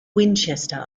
winchester